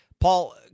Paul